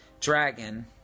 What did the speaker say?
dragon